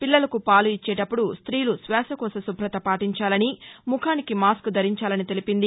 పిల్లలకు పాలు ఇచ్చేటప్పుడు ట్రీలు శ్వాసకోశ శుభ్రత పాటించాలని ముఖానికి మాస్కు ధరించాలని తెలిపింది